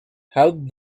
help